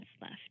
left